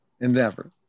endeavor